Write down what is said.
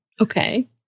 Okay